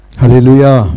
Hallelujah